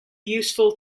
useful